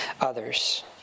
others